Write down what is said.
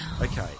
Okay